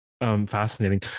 Fascinating